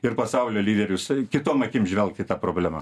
ir pasaulio lyderius kitom akim žvelgt į tą problemą